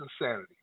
insanity